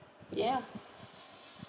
ya